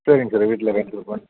சரிங்க சார் வீட்டில கேட்டுட்டு ஃபோன்